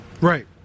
right